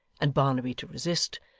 and barnaby to resist,